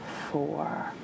four